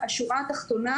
השורה התחתונה: